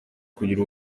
kugira